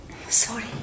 sorry